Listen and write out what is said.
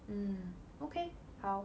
mm okay 好